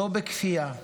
לא בכפייה.